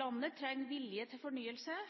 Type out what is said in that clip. Landet trenger vilje til fornyelse